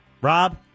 Rob